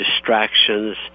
distractions